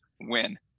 win